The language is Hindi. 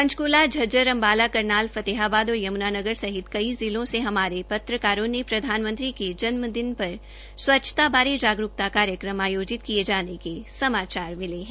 पंचकूला झजजर अम्बाला करनाल फतेहाबाद और युमुनानगर सहित कई जगहों से हमारे सवाददाताओं ने प्रधानमंत्री के जन्म दिन पर स्वच्छता बारे जागरूकता कार्यक्रम आयोजित किए जाने के समाचार मिले है